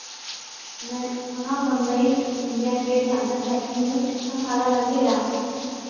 मैं वहाँ Bombay India Gate जाना चाहती हूँ कितना भाड़ा लगेगा